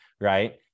right